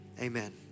Amen